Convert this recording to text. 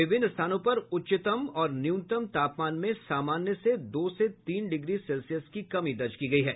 विभिन्न स्थानों पर उच्चतम और न्यूनतम तापमान में सामान्य से दो से तीन डिग्री सेल्सियस की कमी दर्ज की गयी है